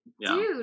dude